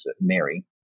Mary